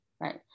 right